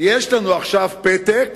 יש לנו עכשיו פתק